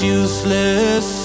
useless